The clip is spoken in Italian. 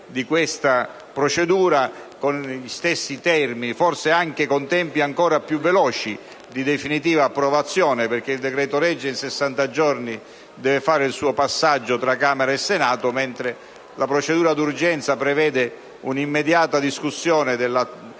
di questa procedura con gli stessi termini, forse anche con tempi ancora più veloci di definitiva approvazione. Infatti, il decreto-legge deve fare il suo passaggio tra Camera e Senato in 60 giorni, mentre la procedura d'urgenza prevede un'immediata discussione del